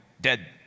dead